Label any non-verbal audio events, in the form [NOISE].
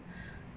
[BREATH]